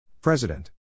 President